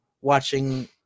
watching